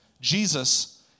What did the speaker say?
Jesus